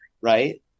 right